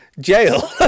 jail